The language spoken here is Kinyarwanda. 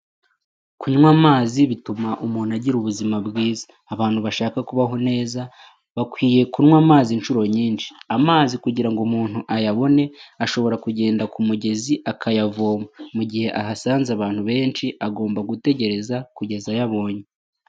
Kunywa amazi bituma umuntu agira ubuzima bwiza. Abantu bashaka kubaho neza bakwiye kunywa amazi inshuro nyinshi, amazi kugira ngo umuntu ayabone ashobora kugenda ku mugezi akayavoma mu gihe ahasanze abantu benshi agomba gutegereza kugeza ayabonye.